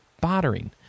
bothering